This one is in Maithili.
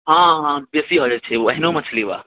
हाँ हाँ बेसी भए जाइ छै ओ एहनो मछली बा